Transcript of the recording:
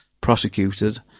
prosecuted